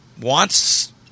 wants